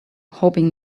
hoping